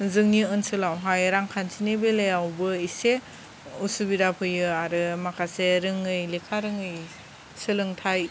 जोंनि ओनसोलावहाय रांखान्थिनि बेलायावबो इसे असुबिदा फैयो आरो माखासे रोङै लेखा रोङै सोलोंथाइ